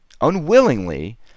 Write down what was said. unwillingly